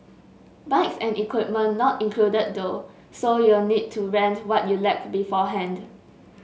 bikes and equipment not included though so you'll need to rent what you lack beforehand